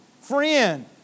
Friend